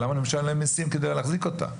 למה אני משלם מיסים כדי להחזיק אותה?